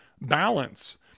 balance